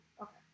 Okay